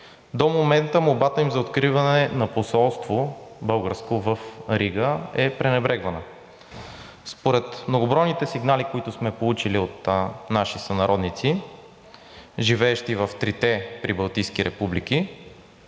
до момента молбата им за откриване на българско посолство в Рига е пренебрегвана. Според многобройните сигнали, които сме получили от наши сънародници, живеещи в трите прибалтийски републики,